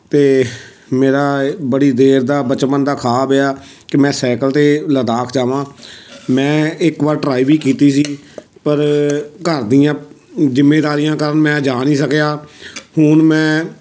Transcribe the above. ਅਤੇ ਮੇਰਾ ਬੜੀ ਦੇਰ ਦਾ ਬਚਪਨ ਦਾ ਖੁਆਬ ਆ ਕਿ ਮੈਂ ਸਾਈਕਲ 'ਤੇ ਲਦਾਖ ਜਾਵਾਂ ਮੈਂ ਇੱਕ ਵਾਰ ਟਰਾਈ ਵੀ ਕੀਤੀ ਸੀ ਪਰ ਘਰ ਦੀਆਂ ਜਿੰਮੇਦਾਰੀਆਂ ਕਾਰਣ ਮੈਂ ਜਾ ਨਹੀਂ ਸਕਿਆ ਹੁਣ ਮੈਂ